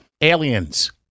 Aliens